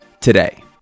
today